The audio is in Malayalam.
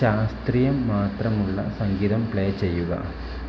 ശാസ്ത്രീയം മാത്രമുള്ള സംഗീതം പ്ലേ ചെയ്യുക